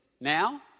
now